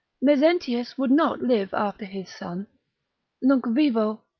mezentius would not live after his son nunc vivo,